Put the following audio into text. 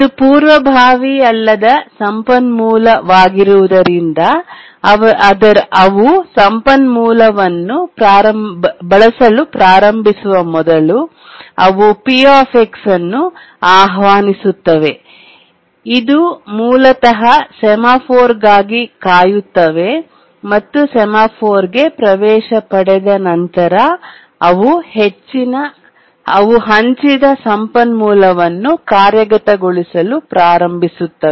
ಇದು ಪೂರ್ವಭಾವಿ ಅಲ್ಲದ ಸಂಪನ್ಮೂಲವಾಗಿರುವುದರಿಂದ ಅವು ಸಂಪನ್ಮೂಲವನ್ನು ಬಳಸಲು ಪ್ರಾರಂಭಿಸುವ ಮೊದಲು ಅವು P ಅನ್ನು ಆಹ್ವಾನಿಸುತ್ತವೆ ಇದು ಮೂಲತಃ ಸೆಮಾಫೋರ್ಗಾಗಿ ಕಾಯುತ್ತದೆ ಮತ್ತು ಸೆಮಾಫೋರ್ಗೆ ಪ್ರವೇಶ ಪಡೆದ ನಂತರ ಅವು ಹಂಚಿದ ಸಂಪನ್ಮೂಲವನ್ನು ಕಾರ್ಯಗತಗೊಳಿಸಲು ಪ್ರಾರಂಭಿಸುತ್ತವೆ